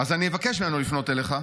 אז אני אבקש ממנו לפנות אליך,